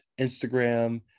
Instagram